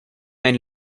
and